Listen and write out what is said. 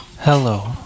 Hello